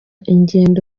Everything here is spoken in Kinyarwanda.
ingendo